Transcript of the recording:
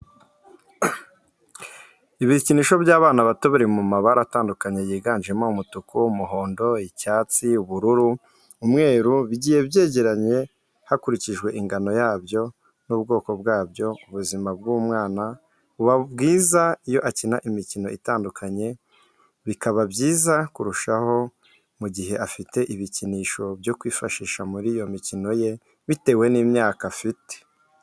Ibikinisho by'abana bato biri mu mabara atandukanye yiganjemo umutuku, umuhondo, icyatsi ,ubururu , umweru, bigiye byegeranye hakurikijwe ingano yabyo n'ubwokobwabyo ubuzima bw'umwana buba bwiza iyo akina imikino itandukanye, bikaba byiza kurushaho mu gihe afite ibikinisho byo kwifashisha muri iyo mikino ye bitewe n'imyaka afite.